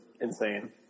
insane